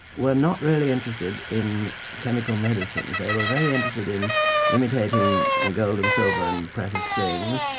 were not really interested in chemical medicine. they were very interested in imitating gold and silver and precious things,